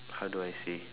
how do I say